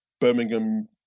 birmingham